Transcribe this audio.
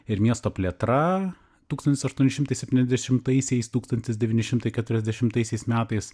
ir miesto plėtra tūkstantis aštuoni šimtai septyniasdešimtaisiais tūkstantis devyni šimtai keturiasdešimtaisiais metais